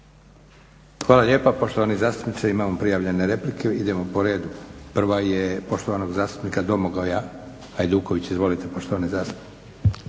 Hvala lijepa poštovani zastupniče. Imamo prijavljene replike. Idemo po redu. Prva je poštovanog zastupnika Domagoja Hajdukovića. Izvolite poštovani zastupniče.